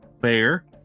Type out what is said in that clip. fair